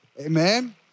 Amen